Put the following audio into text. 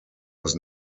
was